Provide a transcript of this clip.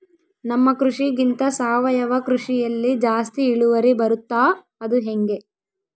ನಮ್ಮ ಕೃಷಿಗಿಂತ ಸಾವಯವ ಕೃಷಿಯಲ್ಲಿ ಜಾಸ್ತಿ ಇಳುವರಿ ಬರುತ್ತಾ ಅದು ಹೆಂಗೆ?